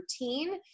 routine